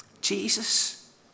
Jesus